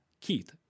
Keith